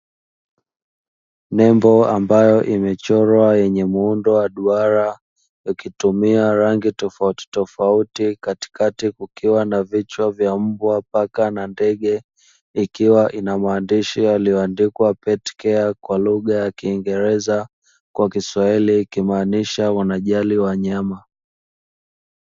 Nembo ambayo imechorwa yenye muundo wa duara, ikitumia rangi tofautitofauti katikati kukiwa na vichwa vya: mbwa, paka, ndege, ikiwa inamaandishi yaliyoandikwa “petty care ” kwa lugha ya kiiengereza kwa kiswahili ikimaanisha wanajali wanyama.